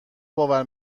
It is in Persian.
باور